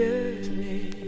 early